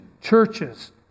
churches